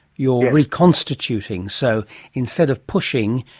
you're reconstituting. so instead of pushing,